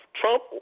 Trump